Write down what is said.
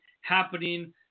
happening